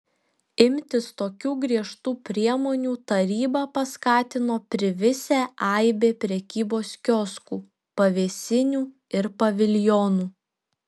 imtis tokių griežtų priemonių tarybą paskatino privisę aibė prekybos kioskų pavėsinių ir paviljonų